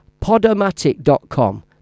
Podomatic.com